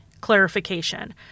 clarification